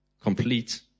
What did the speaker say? Complete